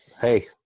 Hey